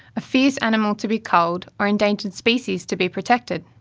a fierce animal to be culled, or endangered species to be protected?